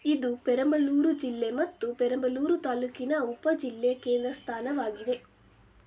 ಇದು ಪೆರಂಬಲೂರು ಜಿಲ್ಲೆ ಮತ್ತು ಪೆರಂಬಲೂರು ತಾಲ್ಲೂಕಿನ ಉಪ ಜಿಲ್ಲೆ ಕೇಂದ್ರ ಸ್ಥಾನವಾಗಿದೆ